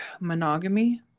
monogamy